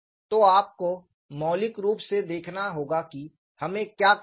तो आपको मौलिक रूप से देखना होगा कि हमें क्या करना है